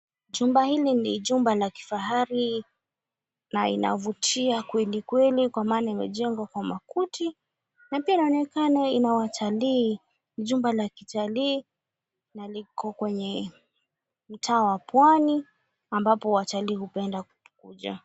Jumba hili ni jumba la kifahari na inavutia kweli kweli kwa maana imejengwa kwa makuti na pia inaonekana kuwa ni jumba la kitalii na liko kwenye mtaa wa pwani ambapo watalii hupenda kukuja.